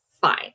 fine